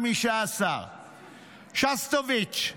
5%; שסטוביץ,